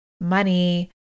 money